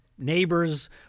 Neighbors